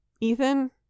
Ethan